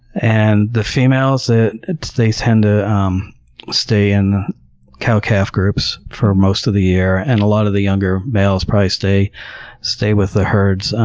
and the females, ah and they tend to um stay in cow-calf groups for most of the year and a lot of the younger males probably stay stay with the herds,